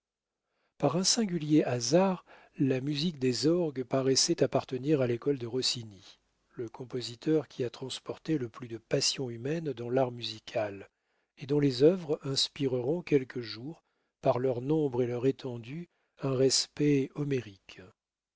par un singulier hasard la musique des orgues paraissait appartenir à l'école de rossini le compositeur qui a transporté le plus de passion humaine dans l'art musical et dont les œuvres inspireront quelque jour par leur nombre et leur étendue un respect homérique